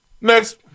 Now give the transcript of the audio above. Next